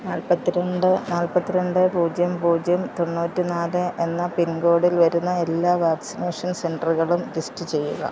നാൽപ്പത്തിരണ്ട് നാൽപ്പത്തിരണ്ട് പൂജ്യം പൂജ്യം തൊണ്ണൂറ്റി നാല് എന്ന പിൻകോഡിൽ വരുന്ന എല്ലാ വാക്സിനേഷൻ സെൻററുകളും ലിസ്റ്റ് ചെയ്യുക